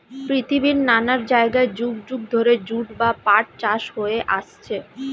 পৃথিবীর নানা জায়গায় যুগ যুগ ধরে জুট বা পাট চাষ হয়ে আসছে